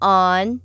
on